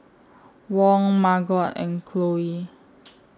Wong Margot and Cloe